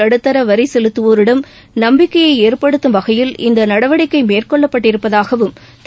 நடுத்தர வரி செலுத்துவோரிடம் நம்பிக்கையை ஏற்படுத்தும் வகையில் இந்த நடவடிக்கை மேற்கொள்ளப்பட்டிருப்பதாகவும் திரு